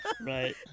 right